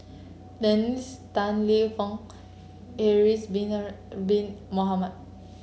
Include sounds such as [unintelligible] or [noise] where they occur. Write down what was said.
Dennis Tan Lip Fong Haslir Bin [unintelligible] Bin Mohamed